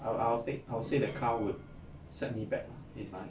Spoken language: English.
I will I'll take I'll say the car would set me back in my